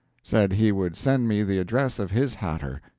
said he would send me the address of his hatter.